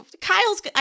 Kyle's